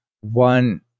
one